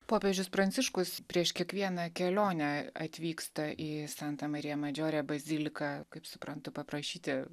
popiežius pranciškus prieš kiekvieną kelionę atvyksta į santa marija madžiore baziliką kaip suprantu paprašyti